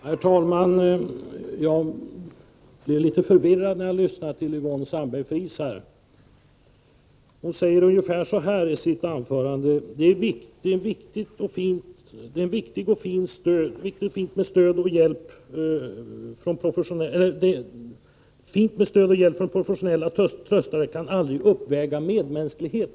Herr talman! Jag blev litet förvirrad när jag lyssnade till Yvonne Sandberg-Fries. Hon sade ungefär så här: Det är viktigt och fint med stöd och hjälp, men professionella tröstare kan aldrig uppväga medmänsklighet.